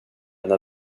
när